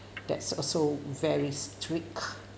that's also varies tweak